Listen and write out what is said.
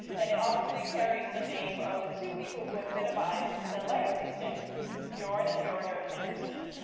and it obviously carries the name of the two people who epitomized the legacy standard bjorg and and bjornar hermansen.